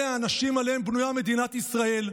אלה האנשים שעליהם בנויה מדינת ישראל,